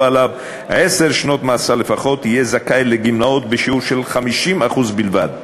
עליו עשר שנות מאסר לפחות יהיה זכאי לגמלאות בשיעור 50% בלבד,